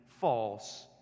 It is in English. false